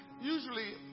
usually